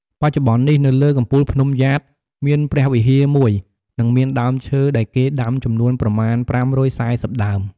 បច្ចុប្បន្ននេះនៅលើកំពូលភ្នំយ៉ាតមានព្រះវិហារមួយ និងមានដើមឈើដែលគេដាំចំនួនប្រមាណ ៥៤០ដើម។